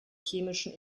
chemischen